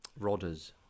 Rodders